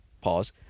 Pause